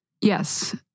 Yes